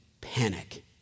panic